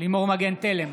לימור מגן תלם,